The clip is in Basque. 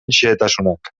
xehetasunak